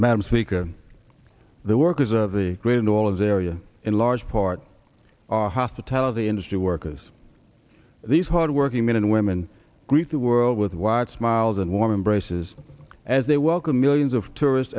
speaker the workers of the great in all of the area in large part our hospitality industry workers these hard working men and women greet the world with wide smiles and warm embrace is as they welcome millions of tourists